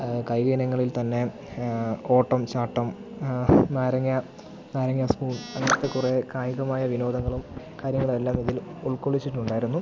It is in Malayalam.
കായിക ഇനങ്ങളിൽ തന്നെ ഓട്ടം ചാട്ടം നാരങ്ങ നാരങ്ങ സ്പൂൺ അങ്ങനത്തെ കുറേ കായികമായ വിനോദങ്ങളും കാര്യങ്ങളെല്ലാം ഇതിൽ ഉൾക്കൊള്ളിച്ചിട്ടുണ്ടായിരുന്നു